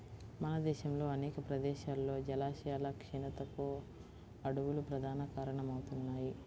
మన దేశంలో అనేక ప్రదేశాల్లో జలాశయాల క్షీణతకు అడవులు ప్రధాన కారణమవుతున్నాయి